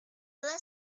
toda